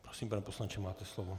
Prosím, pane poslanče, máte slovo.